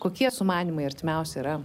kokie sumanymai artimiausi yra